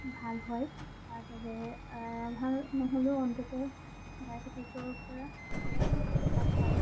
ভাল হয় ভাল হ'লেহে ভাল নহ'লেও অন্তত ডায়বেটিছৰ পৰা কিছু সকাহ পায়